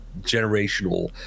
generational